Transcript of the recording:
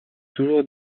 toujours